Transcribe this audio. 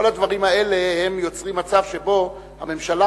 כל הדברים האלה יוצרים מצב שבו הממשלה,